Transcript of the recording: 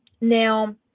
Now